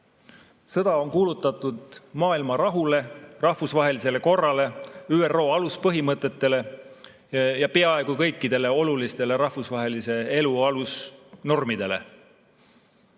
Sõda on kuulutatud maailmarahule, rahvusvahelisele korrale, ÜRO aluspõhimõtetele ja peaaegu kõikidele olulistele rahvusvahelise elu alusnormidele.